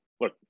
look